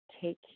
take